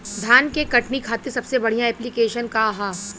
धान के कटनी खातिर सबसे बढ़िया ऐप्लिकेशनका ह?